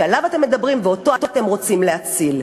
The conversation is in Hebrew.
שעליו אתם מדברים ואותו אתם רוצים להציל.